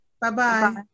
Bye-bye